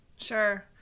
Sure